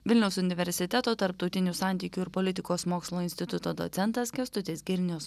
vilniaus universiteto tarptautinių santykių ir politikos mokslų instituto docentas kęstutis girnius